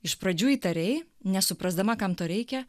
iš pradžių įtariai nesuprasdama kam to reikia